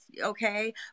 okay